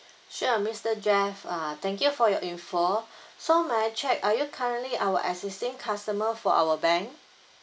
sure mister jeff uh thank you for your information so may I check are you currently our existing customer for our bank